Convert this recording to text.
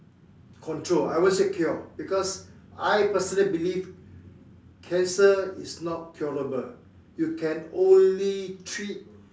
control I won't say cure because I personally believe cancer is not curable you can only treat